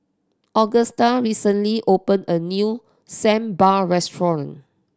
Augusta recently opened a new Sambar restaurant